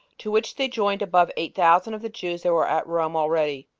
to which they joined above eight thousand of the jews that were at rome already.